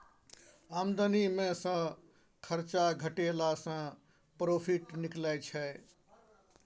आमदनी मे सँ खरचा घटेला सँ प्रोफिट निकलै छै